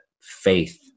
faith